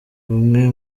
bumwe